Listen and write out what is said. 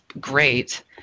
great